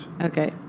Okay